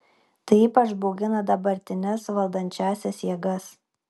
tai ypač baugina dabartines valdančiąsias jėgas